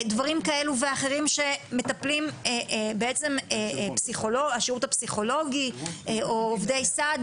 דברים כאלו ואחרים שמטפלים בעצם השירות הפסיכולוגי או עובדי סעד,